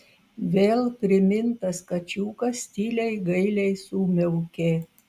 vėl primintas kačiukas tyliai gailiai sumiaukė